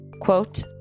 quote